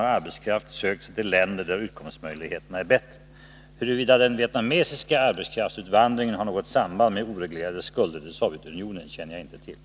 Har utrikesministern någon information att lämna om dessa uppgifter? Om uppgifterna är riktiga, vad avser utrikesministern då göra?